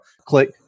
Click